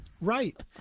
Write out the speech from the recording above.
right